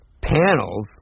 panels